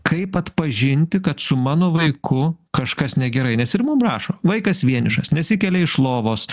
kaip atpažinti kad su mano vaiku kažkas negerai nes ir mum rašo vaikas vienišas nesikelia iš lovos